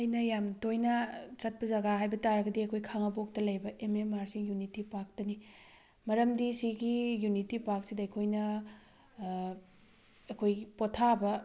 ꯑꯩꯅ ꯌꯥꯝ ꯇꯣꯏꯅ ꯆꯠꯄ ꯖꯒꯥ ꯍꯥꯏꯕ ꯇꯥꯔꯒꯗꯤ ꯑꯩꯈꯣꯏ ꯈꯥꯉꯕꯣꯛꯇ ꯂꯩꯕ M M R C unity ꯄꯥꯔꯛꯇꯅꯤ ꯃꯔꯝꯗꯤ ꯁꯤꯒꯤ ꯌꯨꯅꯤꯇꯤ ꯄꯥꯔꯛꯁꯤꯗ ꯑꯩꯈꯣꯏꯅ ꯑꯩꯈꯣꯏ ꯄꯣꯊꯥꯕ